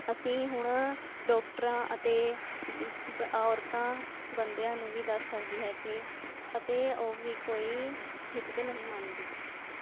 ਅਸੀਂ ਹੁਣ ਡੋਕਟਰਾਂ ਅਤੇ ਔਰਤਾਂ ਬੰਦਿਆਂ ਨੂੰ ਵੀ ਦੱਸ ਸਕਦੀ ਹੈ ਕਿ ਅਤੇ ਉਹ ਵੀ ਕੋਈ ਝਿਜਕ ਨਹੀਂ ਮੰਨਦੀ